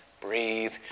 breathe